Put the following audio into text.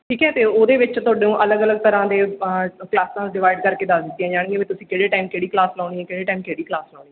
ਠੀਕ ਹੈ ਅਤੇ ਉਹਦੇ ਵਿੱਚ ਤੁਹਾਨੂੰ ਅਲੱਗ ਅਲੱਗ ਤਰ੍ਹਾਂ ਦੇ ਕਲਾਸਾਂ ਡਿਵਾਈਡ ਕਰਕੇ ਦੱਸ ਦਿੱਤੀਆਂ ਜਾਣਗੀਆਂ ਵੀ ਤੁਸੀਂ ਕਿਹੜੇ ਟਾਈਮ ਕਿਹੜੀ ਕਲਾਸ ਲਾਉਣੀ ਹੈ ਕਿਹੜੇ ਟਾਈਮ ਕਿਹੜੀ ਕਲਾਸ ਲਾਉਣੀ